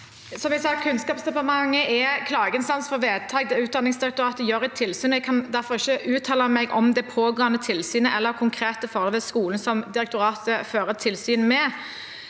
Kunnskapsdepartementet klageinstans for vedtak der Utdanningsdirektoratet har hatt tilsyn. Jeg kan derfor ikke uttale meg om det pågående tilsynet eller konkrete forhold ved skolen som direktoratet fører tilsyn med.